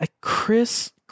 Chris